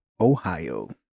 Ohio